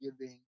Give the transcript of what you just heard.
giving